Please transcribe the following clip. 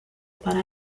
para